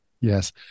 Yes